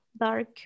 dark